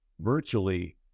virtually